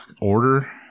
order